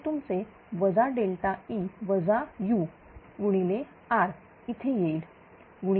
तर हे तुमचे वजा E वजा u गुणिले R इथे येईल